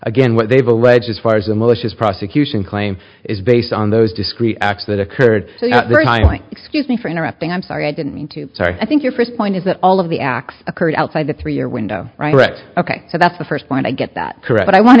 again what they've alleged as far as a malicious prosecution claim is based on those discrete acts that occurred excuse me for interrupting i'm sorry i didn't mean to sorry i think your first point is that all of the acts occurred outside the three year window right ok so that's the first point i get that